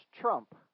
trump